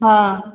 हाँ